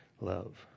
love